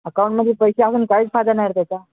अकाउंटमध्ये पैसे असून काहीच फायदा नाही रे त्याचा